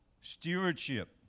Stewardship